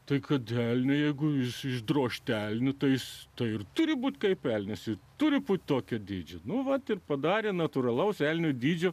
tai kad elniu jeigu jūs išdrožti velniu tai jis to ir turi būti kaip velnias turi būti tokio dydžio nu vat ir padarė natūralaus elnio dydžio